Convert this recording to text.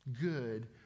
good